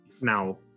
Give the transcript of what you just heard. Now